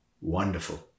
Wonderful